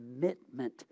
commitment